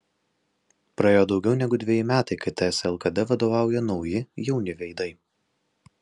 praėjo daugiau negu dveji metai kai ts lkd vadovauja nauji jauni veidai